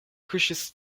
kuŝis